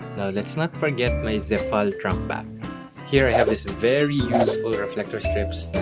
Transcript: now let's not forget my zefal trunk bag here i have this very useful reflector strips